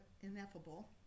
ineffable